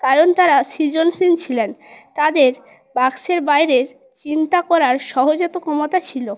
কারণ তারা সৃজনশীল ছিলেন তাদের বাক্সের বাইরের চিন্তা করার সহজাত ক্ষমতা ছিল